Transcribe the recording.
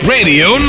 Radio